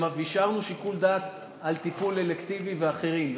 השארנו שיקול דעת על טיפול אלקטיבי ואחרים.